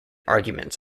arguments